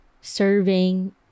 serving